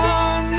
on